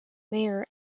mayor